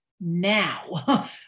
now